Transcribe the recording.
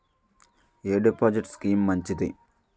ఎ deposit scheme మంచిది?